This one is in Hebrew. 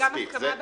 זה מספיק.